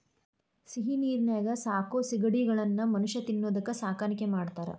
ಸಿಹಿನೇರಿನ್ಯಾಗ ಸಾಕೋ ಸಿಗಡಿಗಳನ್ನ ಮನುಷ್ಯ ತಿನ್ನೋದಕ್ಕ ಸಾಕಾಣಿಕೆ ಮಾಡ್ತಾರಾ